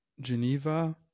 Geneva